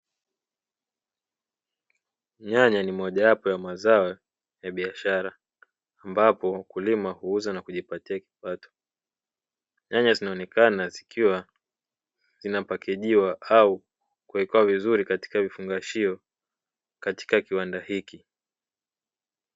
Nyanya ni mojawapo ya mazao ya biashara ambapo mkulima huuza na kujipatia kipato, nyanya zinaonekana zikiwa zinapakejiwa au kuwekewa vizuri katika vifungashio katika kiwanda hiki.